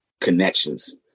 connections